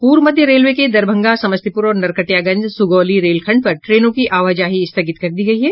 पूर्व मध्य रेलवे के दरभंगा समस्तीपुर और नरकटियागंज सुगौली रेल खंड पर ट्रेनों की आवाजाही स्थगित कर दी गई है